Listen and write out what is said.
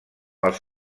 els